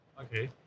Okay